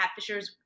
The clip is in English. catfishers